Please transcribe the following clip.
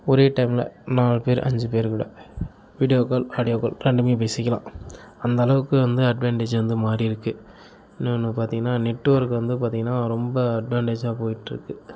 ஒரே டைமில் நாலு பேர் அஞ்சு பேர்கூட வீடியோ கால் ஆடியோ கால் ரெண்டுமே பேசிக்கலாம் அந்தளவுக்கு வந்து அட்வான்டேஜ் வந்து மாறியிருக்கு இன்னும் ஒன்று பார்த்திங்கன்னா நெட்வொர்க் வந்து பார்த்திங்கன்னா ரொம்ப அட்வான்டேஜாக போயிட்டிருக்கு